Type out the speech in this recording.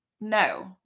no